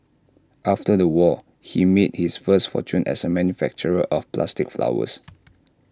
after the war he made his first fortune as A manufacturer of plastic flowers